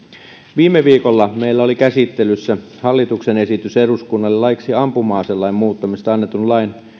viime viikolla meillä oli käsittelyssä hallituksen esitys eduskunnalle laiksi ampuma aselain muuttamisesta annetun lain